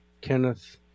Kenneth